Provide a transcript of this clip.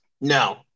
No